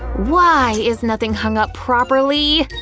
why is nothing hung up properly!